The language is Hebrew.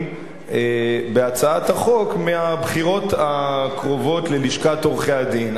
בהצעת החוק מהבחירות הקרובות ללשכת עורכי-הדין.